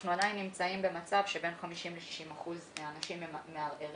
אנחנו עדיין נמצאים במצב כאשר בין 50 ל-60 אחוזים מהאנשים מערערים.